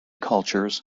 cultures